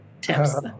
tips